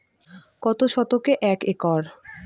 কত শতকে এক একর?